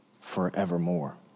forevermore